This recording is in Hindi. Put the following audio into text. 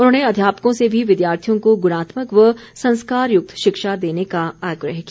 उन्होंने अध्यापकों से भी विद्यार्थियों को गुणात्मक व संस्कारयुक्त शिक्षा देने का आग्रह किया